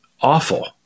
awful